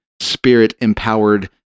spirit-empowered